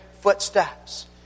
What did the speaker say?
footsteps